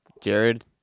Jared